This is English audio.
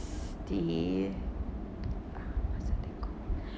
the